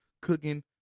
cooking